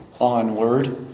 onward